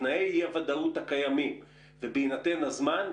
בתנאי אי-הוודאות הקיימים ובהינתן הזמן,